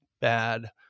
bad